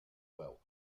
wealth